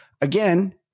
again